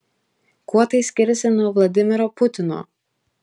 kuo tai skiriasi nuo vladimiro putino